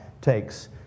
takes